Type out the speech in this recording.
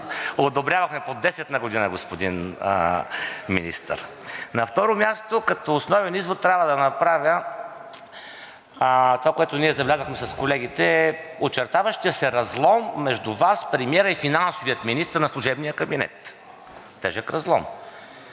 одобрявахме по десет на година, господин Министър. На второ място, като основен извод трябва да направя това, което забелязахме с колегите – очертаващия се разлом между Вас, премиера и финансовия министър на служебния кабинет. Тежък разлом!